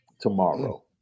tomorrow